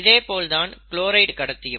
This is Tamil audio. இதேபோல்தான் க்ளோரைடு கடத்தியும்